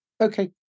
Okay